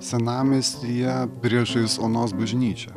senamiestyje priešais onos bažnyčią